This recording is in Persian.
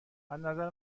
ازنظر